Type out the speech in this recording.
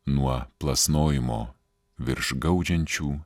nuo plasnojimo virš gaudžiančių